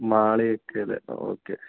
മാളിയേക്കൽ ഒക്കെ